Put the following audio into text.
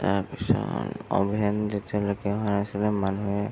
তাৰ পিছত অভেন যেতিয়ালৈকে অহা নাছিলে মানুহে